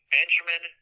Benjamin